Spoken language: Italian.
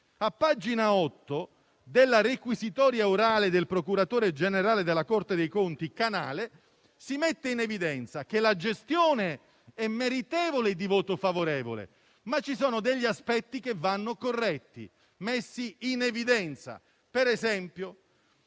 A pagina 8 della requisitoria orale del procuratore generale della Corte dei conti Canale, si mette in evidenza che la gestione è meritevole di voto favorevole, ma ci sono aspetti che vanno corretti e messi in evidenza. Si dice